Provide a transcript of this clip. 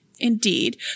Indeed